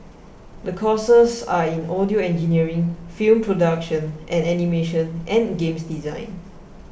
the courses are in audio engineering film production and animation and games design